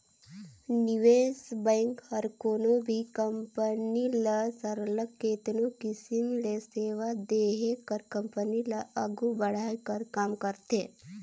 निवेस बेंक हर कोनो भी कंपनी ल सरलग केतनो किसिम ले सेवा देहे कर कंपनी ल आघु बढ़ाए कर काम करथे